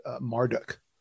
Marduk